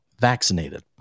vaccinated